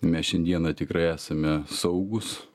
mes šiandieną tikrai esame saugūs